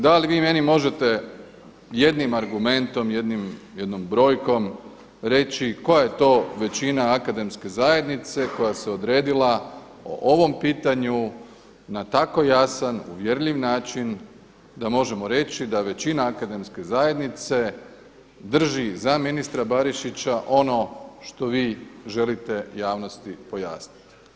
Da li vi meni možete jednim argumentom, jednom brojkom reći koja je to većina akademske zajednice koja se odredila o ovom pitanju na tako jasan uvjerljiv načina da možemo reći da većina akademske zajednice drži za ministra Barišića ono što vi želite javnosti pojasniti.